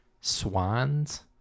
Swans